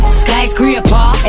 skyscraper